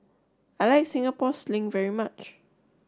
I like Singapore Sling very much